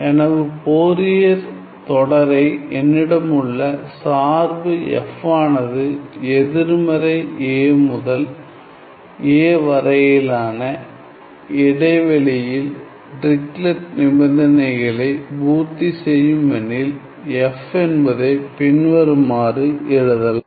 எனவே ஃபோரியர் தொடரை என்னிடமுள்ள சார்பு f ஆனது எதிர்மறை a முதல் a வரையிலான இடைவெளியில் டிரிக்லெட் நிபந்தனைகளை பூர்த்திசெய்யும் எனில் f என்பதை பின்வருமாறு எழுதலாம்